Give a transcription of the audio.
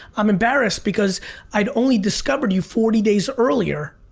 i'm embarrassed because i'd only discovered you forty days earlier,